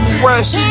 fresh